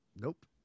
Nope